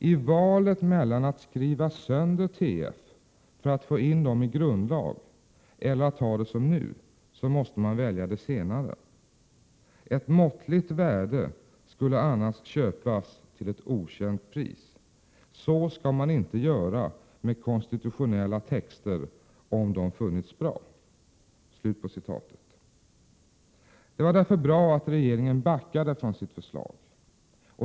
I valet mellan att skriva sönder TF för att få in dem i grundlag, eller att ha det som nu, måste man välja det senare. Ett måttligt värde skulle annars köpas till ett okänt pris. Så skall man inte göra med konstitutionella texter om de funnits bra.” Det var bra att regeringen backade från sitt förslag.